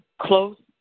close